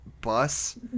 bus